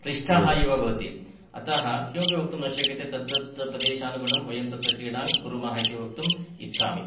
क्लिष्टाः एव भवति अतः किमपि वक्तुं न शक्यते तत्तत् प्रदेशानुगुणं वयं तत्र क्रीडां कुर्मः इति वक्तुम् इच्छामि